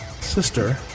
sister